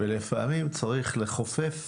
לפעמים צריך לכופף